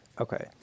Okay